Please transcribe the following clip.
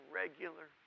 regular